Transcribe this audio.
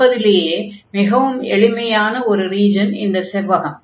இருப்பதிலேயே மிகவும் எளிமையான ஒரு ரீஜன் இந்த செவ்வகம்